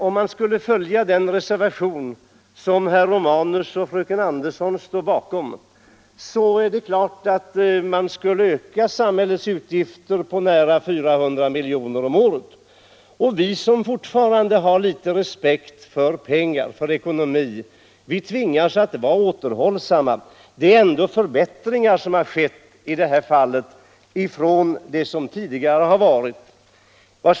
Om vi skulle följa den reservationen, som har avgivits av herr Romanus och fröken Andersson, så skulle det öka samhällets utgifter med nära 400 milj.kr. om året, och vi som fortfarande har litet respekt för pengar har tvingats att vara återhållsamma. Här har det ju ändå skett förbättringar jämfört med vad som har varit tidigare.